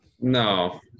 no